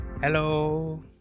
Hello